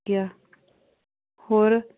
ਕਿਆ ਹੋਰ